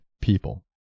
people